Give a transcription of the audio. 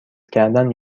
کردن